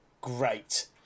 great